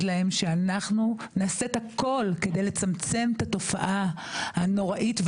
להם שאנחנו נעשה את הכול כדי לצמצם את התופעה הנוראית,